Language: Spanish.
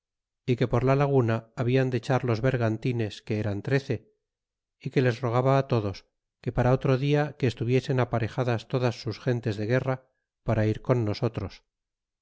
y que por la laguna hablan de echar los vergantines que eran trece y que les rogaba todos que para otro dia que estuviesen aparejadas todas sus gentes de guerra para ir con nosotros